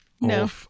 No